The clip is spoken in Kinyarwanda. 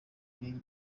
n’iyi